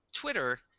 Twitter